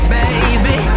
baby